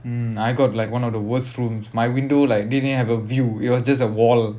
mm I got like one of the worst rooms my window like didn't even have a view it was just a wall